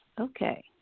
Okay